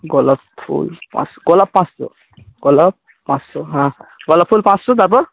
গোলাপ ফুল পাঁচ গোলাপ পাঁচশো গোলাপ পাঁচশো হ্যাঁ গোলাপ ফুল পাঁচশো তারপর